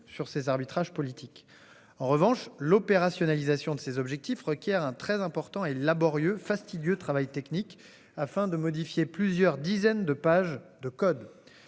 sur ses arbitrages politiques. En revanche, l'opérationnalisation de ses objectifs requiert un très important et laborieux fastidieux travail technique afin de modifier plusieurs dizaines de pages de code